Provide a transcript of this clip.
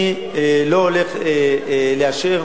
אני לא הולך לאשר